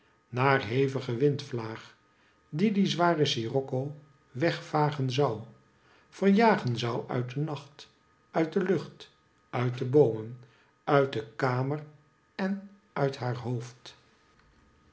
naar hevigen windvlaag die die zware scirocco weg vagen zou verjagen zou uit den nacht uit de lucht uit de boomen uit de kamer en uit haar hoofd